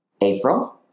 April